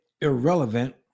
irrelevant